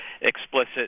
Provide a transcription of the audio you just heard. explicit